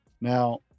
Now